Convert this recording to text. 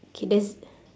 okay there's